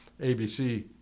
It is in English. ABC